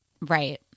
Right